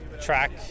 track